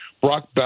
Brock